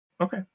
Okay